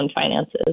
finances